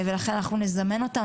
לכן אנחנו נזמן אותם.